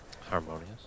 harmonious